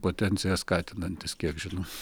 potenciją skatinantys kiek žinau